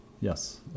Yes